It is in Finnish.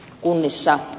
tämä ed